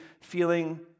feeling